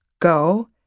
Go